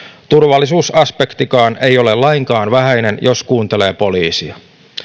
turvallisuusaspektikaan ei ole lainkaan vähäinen jos kuuntelee poliisia